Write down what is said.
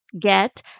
get